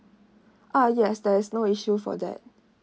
ah yes there is no issue for that